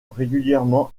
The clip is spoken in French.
régulièrement